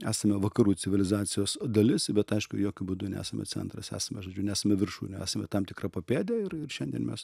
esame vakarų civilizacijos dalis bet aišku jokiu būdu nesame centras esame žodžiu nesame viršūnė esame tam tikra papėdė ir ir šiandien mes